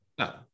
no